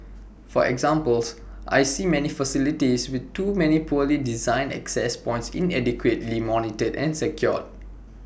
for examples I see many facilities with too many poorly designed access points inadequately monitored and secured